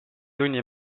tunni